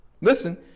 Listen